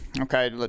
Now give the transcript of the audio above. okay